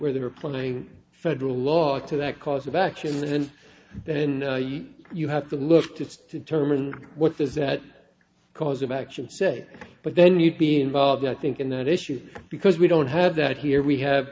where the reply federal law to that cause of action and then you have to look to determine what is that cause of action say but then you'd be involved i think in that issue because we don't have that here we have